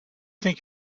think